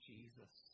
Jesus